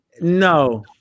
No